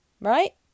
right